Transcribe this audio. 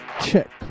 check